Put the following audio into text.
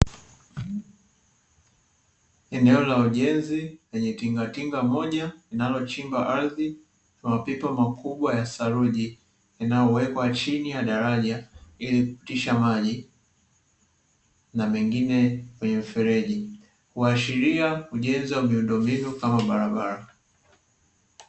Eneo la ujenzi lenye tingatinga moja linalochimba ardhi mapipa makubwa ya saruji, yanayowekwa chini ya daraja ili kupitisha maji na mengine kwenye mfereji. Kuashiria ujenzi wa miundombinu kama barabara.